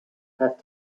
have